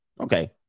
Okay